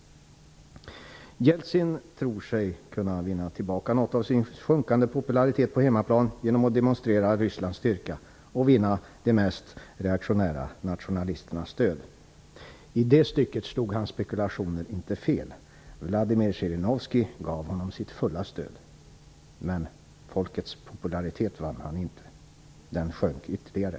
Jeltsin tror sig kunna vinna tillbaka något av sin sjunkande popularitet på hemmaplan genom att demonstrera Rysslands styrka och vinna de mest reaktionära nationalisternas stöd. I det stycket slog hans spekulationer inte fel. Vladimir Zjirinovskij gav honom sitt fulla stöd. Men folkets gunst vann han inte. Hans popularitet sjönk ytterligare.